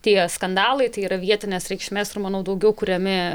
tie skandalai tai yra vietinės reikšmės ir manau daugiau kuriami